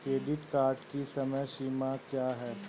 Credit card की समय सीमा क्या है?